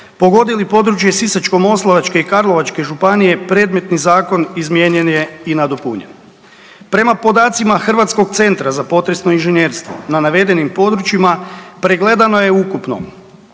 pogodili područje Sisačko-moslavačke i Karlovačke županije, predmetni zakon izmijenjen je i nadopunjen. Prema podacima Hrvatskog centra za potresno inženjerstvo, na navedenim područjima pregledano je ukupno